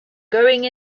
going